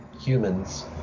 humans